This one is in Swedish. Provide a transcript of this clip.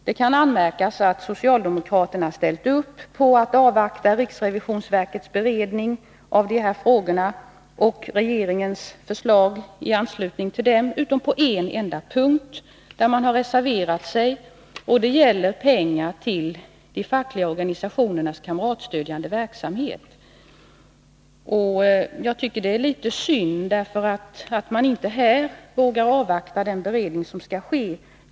Det kan anmärkas att socialdemokraterna har ställt upp för att avvakta riksrevisionsverkets beredning av de här frågorna och regeringens förslag i anslutning till dem, utom på en enda punkt där man har reserverat sig. Det gäller pengar till de fackliga organisationernas kamratstödjande verksamhet. Jag tycker nog att det är synd att man här inte vågar avvakta den beredning som skall ske.